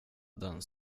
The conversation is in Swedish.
den